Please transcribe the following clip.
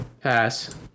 Pass